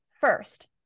first